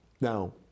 Now